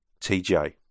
TJ